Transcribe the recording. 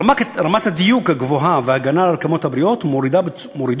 רמת הדיוק הגבוהה וההגנה על הרקמות הבריאות מורידות